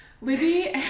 Libby